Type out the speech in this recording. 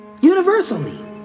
universally